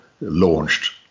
launched